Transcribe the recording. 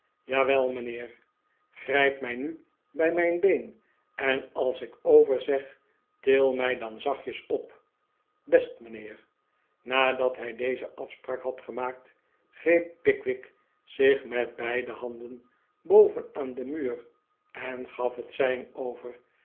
jawel mijnheer grijp mij nu bij mijn been en als ik over zeg til mij dan zachtjes op best mijnheer nadat hij deze afspraak bad gemaakt greep pickwick zich met beide handtn boven aan den muur en gaf het sein over